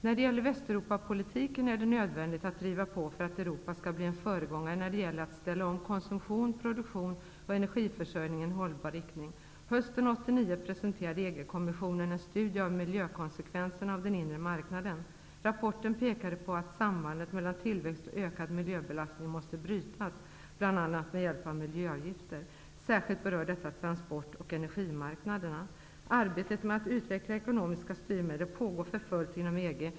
När det gäller Västeuropapolitiken är det nödvändigt att driva på för att Europa skall bli en föregångare när det gäller att ställa om konsumtion, produktion och energiförsörjning i en hållbar riktning. Hösten 1989 presenterade EG kommissionen en studie av miljökonsekvenserna av den inre marknaden. Rapporten pekade på att sambandet mellan tillväxt och ökad miljöbelastning måste brytas, bl.a. med hjälp av miljöavgifter. Detta berör särskilt transport och energimarknaderna. Arbetet med att utveckla ekonomiska styrmedel pågår för fullt inom EG.